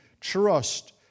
trust